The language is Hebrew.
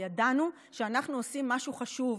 וידענו שאנחנו עושים משהו חשוב,